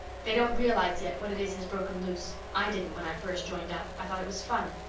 they don't realize yet what it is has broken loose i didn't when i first joined up. i thought it was fun.